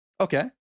Okay